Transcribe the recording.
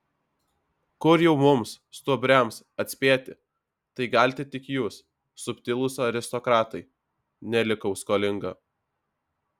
kur jau mums stuobriams atspėti tai galite tik jūs subtilūs aristokratai nelikau skolinga